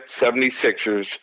76ers